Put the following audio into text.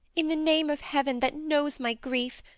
in the name of heaven that knows my grief,